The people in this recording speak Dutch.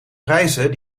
prijzen